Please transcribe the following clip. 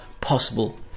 possible